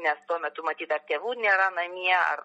nes tuo metu matyt ar tėvų nėra namie ar